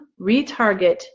retarget